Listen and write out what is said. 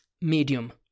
medium